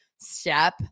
step